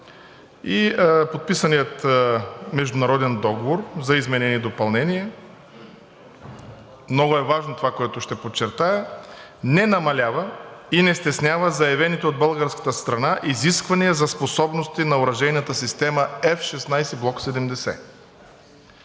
И подписаният Международен договор за изменение и допълнение, много е важно това, което ще подчертая, не намалява и не стеснява заявените от българската страна изисквания за способности на оръжейната система F-16 Block 70.